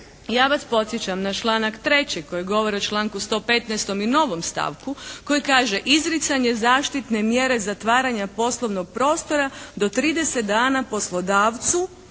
Ja vas podsjećam na članak 3. koji govori o članku 115. i novom stavku koji kaže: "Izricanje zaštitne mjere zatvaranja poslovnog prostora do 30 dana poslodavcu